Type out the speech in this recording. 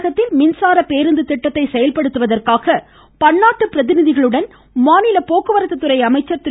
தமிழகத்தில் மின்சார பேருந்து திட்டத்தை செயல்படுத்துவதந்காக பன்னாட்டு பிரதிநிதிகளுடன் மாநில போக்குவரத்து துறை அமைச்சர் திரு